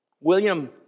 William